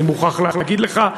אני מוכרח להגיד לך,